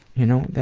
you know,